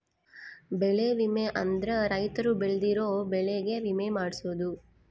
ಬೆಳೆ ವಿಮೆ ಅಂದ್ರ ರೈತರು ಬೆಳ್ದಿರೋ ಬೆಳೆ ಗೆ ವಿಮೆ ಮಾಡ್ಸೊದು